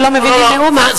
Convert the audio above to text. שלא מבינים מאומה,